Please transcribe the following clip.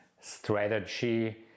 strategy